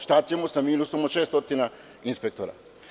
Šta ćemo sa minusom od 600 inspektora?